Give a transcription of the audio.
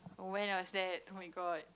when was that oh-my-god